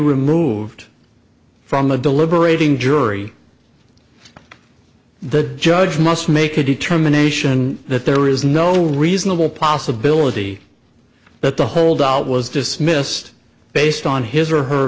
removed from the deliberating jury the judge must make a determination that there is no reasonable possibility that the holdout was dismissed based on his or her